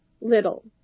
little